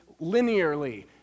linearly